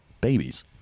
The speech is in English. babies